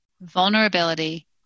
vulnerability